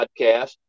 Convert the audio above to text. podcast